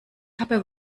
habe